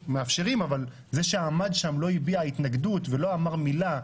וזה שעמד שם לא הביע התנגדות, לא אמר מילה,